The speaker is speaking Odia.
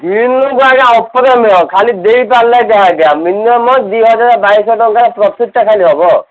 ଦିନକୁ ଆଜ୍ଞା ଅଫର୍ ନୁହଁ ଖାଲି ଦେଇପାରିଲେ ଯାହା ଆଜ୍ଞା ମିନିମମ୍ ଦୁଇ ହଜାର ବାଇଶି ଶହ ଟଙ୍କାରେ ଖାଲି ପ୍ରଫିଟ୍ଟା ଖାଲି ହେବ